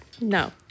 No